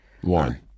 One